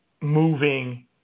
moving